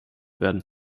werden